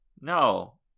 No